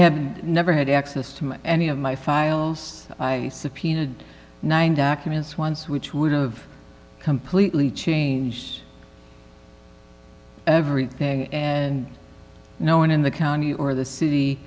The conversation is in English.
have never had access to any of my files i subpoenaed documents once which would've completely changed everything and no one in the county or the city